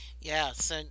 yes